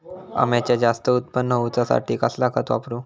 अम्याचा जास्त उत्पन्न होवचासाठी कसला खत वापरू?